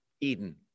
Eden